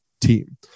team